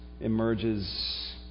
emerges